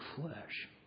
flesh